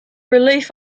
relief